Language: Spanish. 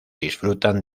disfrutan